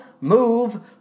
move